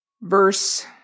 verse